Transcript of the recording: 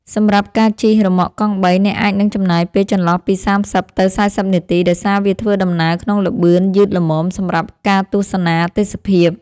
សម្រាប់ការជិះរ៉ឺម៉កកង់បី អ្នកអាចនឹងចំណាយពេលចន្លោះពី ៣០ ទៅ ៤០ នាទី ដោយសារវាធ្វើដំណើរក្នុងល្បឿនយឺតល្មមសម្រាប់ការទស្សនាទេសភាព។